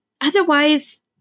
otherwise